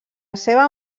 seva